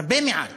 הרבה מעל